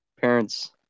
parents